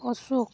Ashok